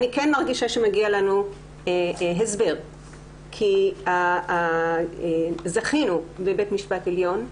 אני כן מרגישה שמגיע לנו הסבר כי זכינו בבית המשפט העליון.